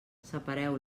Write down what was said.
separeu